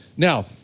Now